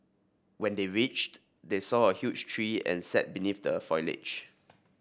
when they reached they saw a huge tree and sat beneath the foliage